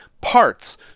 parts